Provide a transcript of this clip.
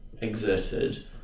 exerted